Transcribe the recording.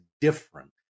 different